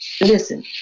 Listen